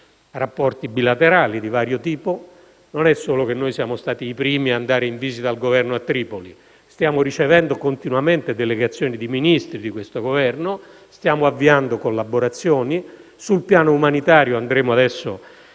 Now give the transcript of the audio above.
rapporti bilaterali di vario tipo. Non siamo solo stati i primi ad andare in visita al Governo a Tripoli, stiamo ricevendo continuamente delegazioni di Ministri di questo Governo e stiamo avviando collaborazioni; sul piano umanitario, nei prossimi